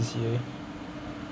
this year